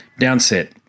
Downset